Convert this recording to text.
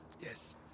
Yes